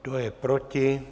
Kdo je proti?